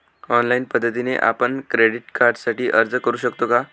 Online पद्धतीने आपण credit कार्डसाठी अर्ज करु शकतो का?